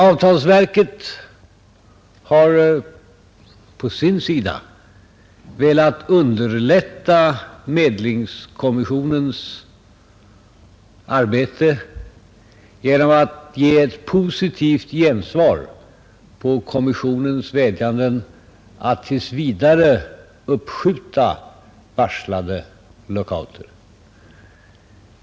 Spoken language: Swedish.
Avtalsverket har på sitt håll velat underlätta medlingskommissionens arbete genom att ge ett positivt gensvar på kommissionens vädjanden om att tills vidare uppskjuta varslade lockouter.